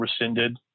rescinded